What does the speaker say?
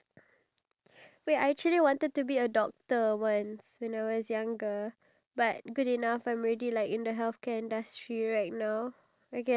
because what's more important is like so what if you're married if you're married and you're not having a good time with your partner then you know marriage is just marriage marriage is just you signing the